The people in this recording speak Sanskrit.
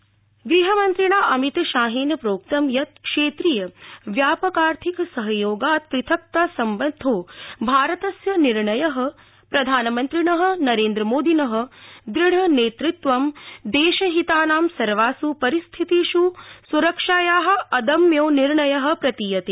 शाह गृहमन्त्रिणा अमितशाहेन प्रोक्तं यत् क्षेत्रीय व्यापकार्थिक सहयोगात् पृथकता सम्बद्धो भारतस्य निर्णय प्रधानमन्त्रिण नेरेन्द्रमोदिन दुढ़नेतृत्वं देशहितानां सर्वास् परिस्थितिषु सुरक्षाया अदम्योनिर्णय प्रतीयते